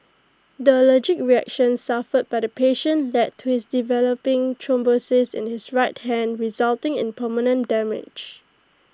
the allergic reaction suffered by the patient led to his developing thrombosis in his right hand resulting in permanent damage